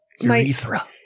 Urethra